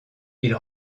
ils